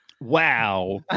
Wow